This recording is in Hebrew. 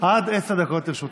עד עשר דקות לרשותך.